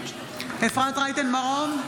אפרת רייטן מרום,